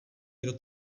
kdo